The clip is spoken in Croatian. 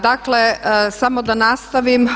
Dakle, samo da nastavim.